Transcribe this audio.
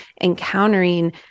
encountering